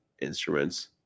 instruments